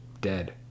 dead